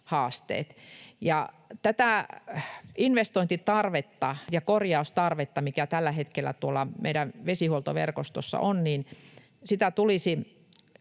haasteet. Ja tätä investointitarvetta ja korjaustarvetta, mikä tällä hetkellä tuolla meidän vesihuoltoverkostossa on, tulisi